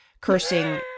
cursing